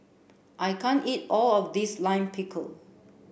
I can't eat all of this Lime Pickle